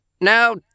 Now